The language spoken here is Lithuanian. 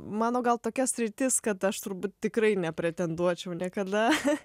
mano gal tokia sritis kad aš turbūt tikrai ne pretenduočiau niekada